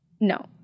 no